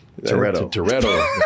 Toretto